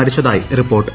മരിച്ചതായി റിപ്പോർട്ട്